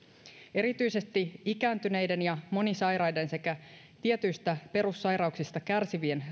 erityisesti ikääntyneiden ja monisairaiden sekä tietyistä perussairauksista kärsivien